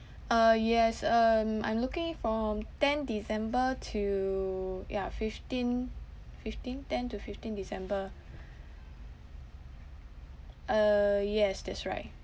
uh yes um I'm looking from tenth december to ya fifteenth fifteenth tenth to fifteenth december uh yes that's right